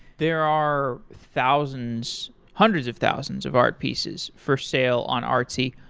there are thousands, hundreds of thousands of art pieces for sale on artsy.